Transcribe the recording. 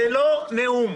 זה לא נאום.